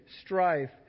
strife